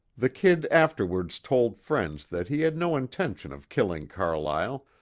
the kid afterwards told friends that he had no intention of killing carlyle,